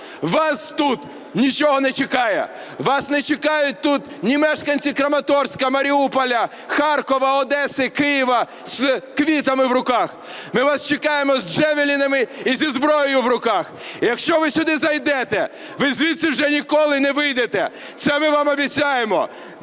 Вас тут нічого не чекає! Вас не чекають тут ні мешканці Краматорська, Маріуполя, Харкова, Одеси, Києва з квітами в руках. Ми вас чекаємо з "джавелінами" і зі зброєю в руках. І якщо ви сюди зайдете, ви звідси вже ніколи не вийдете, це ми вам обіцяємо.